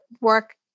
work